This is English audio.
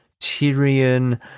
Tyrion